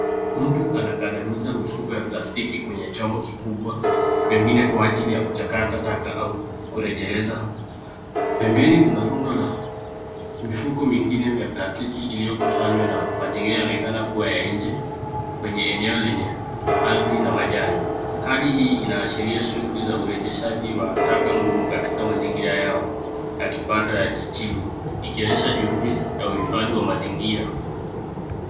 Mtu anakandamiza mifuko ya plastiki kwenye chombo kikubwa, pengine kwa ajili ya kuchakata taka au kurejeleza. Pembeni kuna rundo la mifuko mingine ya plastiki, iliyokusanywa na mazingira yanaonekana kuwa ya nje, kwenye eneo lenye ardhi na majani. Halii hii inaashiria shughuli za urejeshaji wa taka ngumu katika mazingira yao ya kipato ya cha chini, ikionyesha juhudi ya uhifadhi wa mazingira.